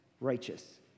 righteous